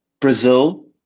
brazil